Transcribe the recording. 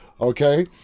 okay